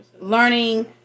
Learning